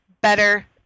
better